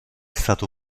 stato